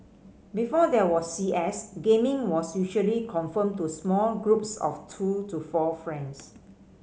before there was C S gaming was usually confined to small groups of two to four friends